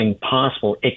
possible